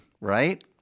right